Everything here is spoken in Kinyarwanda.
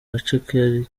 gace